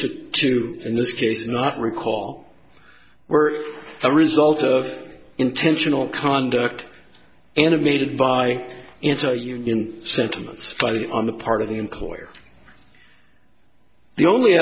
to to in this case not recall were a result of intentional conduct animated by into union sentiments on the part of the employer the only